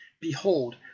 Behold